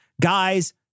guys